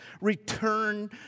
return